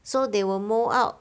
so they will mould out